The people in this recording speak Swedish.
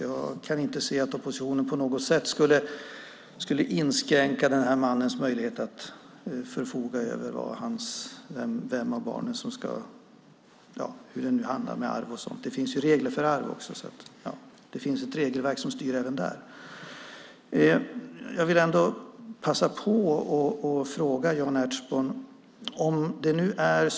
Jag kan inte se att oppositionen på något sätt skulle inskränka den här mannens rätt att bestämma över vem av barnen som ska ärva. Det finns regler för arv och ett regelverk som styr det hela. Jag vill passa på att ställa en fråga till Jan Ertsborn.